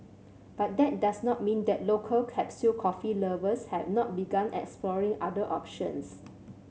but that does not mean that local capsule coffee lovers have not begun exploring other options